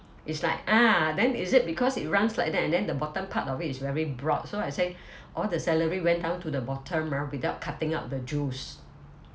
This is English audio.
it's like ah then is it because it runs like that and then the bottom part of it is very broad so I say all the celery went down to the bottom ah without cutting up the juice